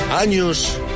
años